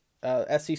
SEC